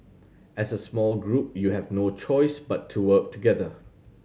as a small group you have no choice but to work together